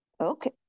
okay